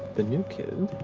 the new kid?